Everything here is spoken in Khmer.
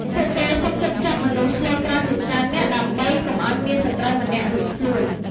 ពួកគេសុខចិត្តចាប់មនុស្សស្លូតត្រង់ជាច្រើននាក់ ដើម្បីកុំឱ្យមានសត្រូវម្នាក់រួចខ្លួន។